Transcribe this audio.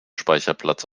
speicherplatz